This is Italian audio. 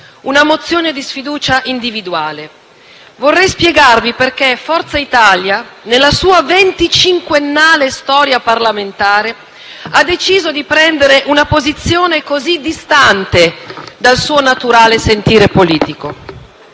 una mozione di sfiducia individuale. Vorrei spiegarvi perché Forza Italia nella sua venticinquennale storia parlamentare ha deciso di prendere una posizione così distante dal suo naturale sentire politico.